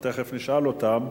תיכף נשאל אותם.